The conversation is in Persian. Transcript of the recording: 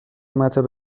مطب